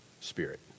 spirit